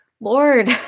Lord